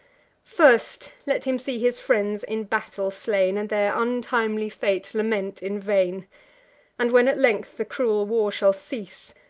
first, let him see his friends in battle slain, and their untimely fate lament in vain and when, at length, the cruel war shall cease,